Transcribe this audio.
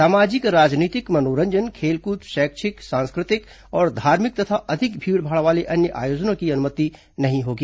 सामाजिक राजनीतिक मनोरंजन खेलकूद शैक्षिक सांस्कृतिक और धार्मिक तथा अधिक भीड़भाड़ वाले अन्य आयोजनों की अनुमति नहीं होगी